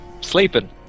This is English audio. Sleeping